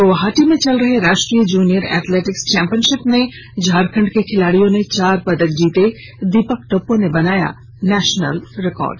गुवाहाटी में चले रहे राष्ट्रीय जूनियर एथलेटिक्स्स चैंपियनशिप में झारखंड के खिलाड़ियों ने चार पदक जीते दीपक टोप्पो ने बनाया नेशनल रिकॉर्ड